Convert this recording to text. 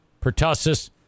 pertussis